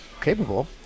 capable